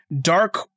dark